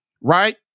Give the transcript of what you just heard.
Right